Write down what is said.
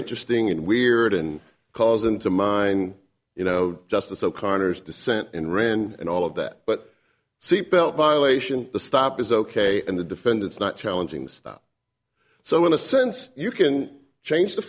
interesting and weird and calls into mine you know justice o'connor's dissent and ran and all of that but seatbelt violation the stop is ok and the defendant's not challenging the stop so in a sense you can change the